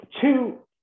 Two